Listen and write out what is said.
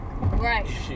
Right